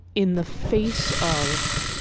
in the face of